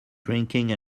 drinking